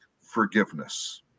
forgiveness